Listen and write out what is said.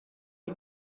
you